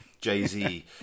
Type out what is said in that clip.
Jay-Z